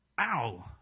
Ow